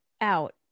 out